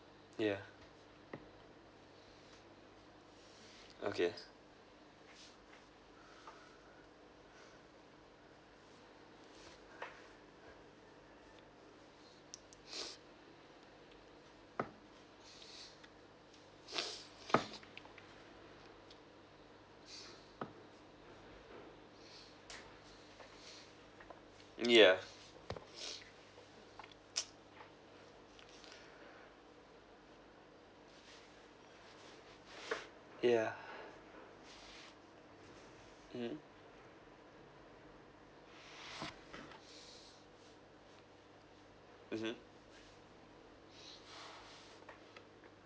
yeah okay yeah yeah mm mmhmm